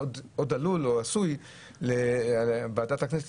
שעוד עלול או עשוי להיות בוועדת הכנסת